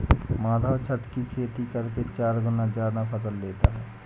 माधव छत की खेती करके चार गुना ज्यादा फसल लेता है